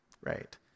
right